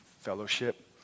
fellowship